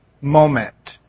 moment